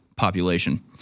population